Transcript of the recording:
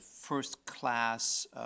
first-class